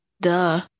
Duh